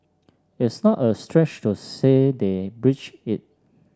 it's not a stretch to say they've breached it